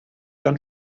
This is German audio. dann